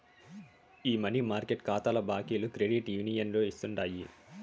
ఈ money market కాతాల బాకీలు క్రెడిట్ యూనియన్లు ఇస్తుండాయి